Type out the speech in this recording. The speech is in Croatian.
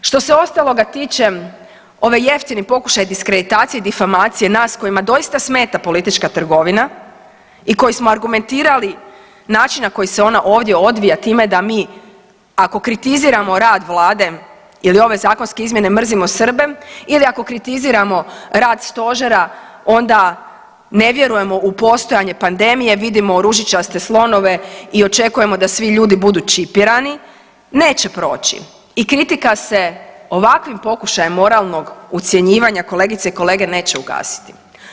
Što se ostaloga tiče, ovaj jeftini pokušaj diskreditacije i difamacije nas kojima doista smeta politička trgovina i koji smo argumentirali način na koji se ona ovdje odvija time da mi ako kritiziramo rad Vlade ili ove zakonske izmjene mrzimo Srbe ili ako kritiziramo rad stožera, onda ne vjerujemo u postojanje pandemije, vidimo ružičaste slonove i očekujemo da svi ljudi budu čipirani, nećemo proći i kritika se ovakvim pokušajem moralnog ucjenjivanja kolegice i kolege, neće ugasiti.